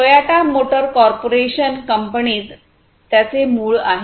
Toyota motor corporation कंपनीत त्याचे मूळ आहे